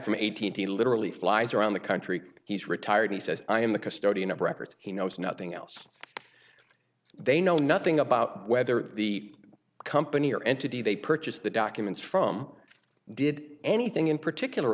from eighteen thousand literally flies around the country he's retired he says i am the custodian of records he knows nothing else they know nothing about whether the company or entity they purchased the documents from did anything in particular